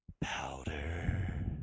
Powder